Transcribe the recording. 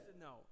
No